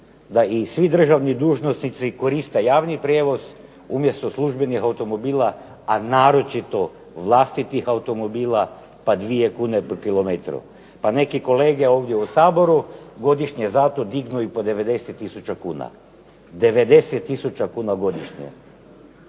da i svi državni dužnosnici koriste javni prijevoz umjesto službenih automobila, a naročito vlastitih automobila, pa dvije kune po kilometru. Pa neki kolege ovdje u Saboru godišnje za to dignu i po 90000 kn. Hvala lijepa.